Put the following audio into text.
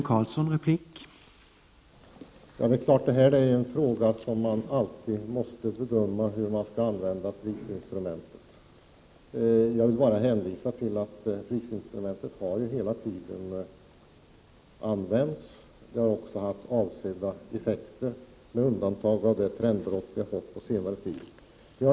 Herr talman! Frågan är ju alltid hur man skall använda prisinstrumentet. Prisinstrumentet har vi ju hela tiden använt, och det har också haft avsedda effekter med undantag av det trendbrott som varit under senare tid.